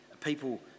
people